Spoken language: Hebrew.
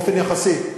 באופן יחסי.